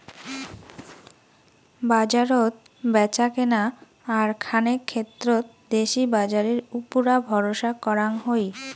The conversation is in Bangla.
বাজারত ব্যাচাকেনা আর খানেক ক্ষেত্রত দেশি বাজারের উপুরা ভরসা করাং হই